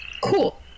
Cool